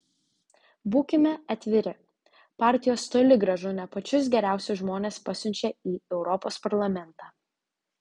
būkime atviri partijos toli gražu ne pačius geriausius žmones pasiunčia į europos parlamentą